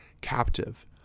captive